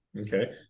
Okay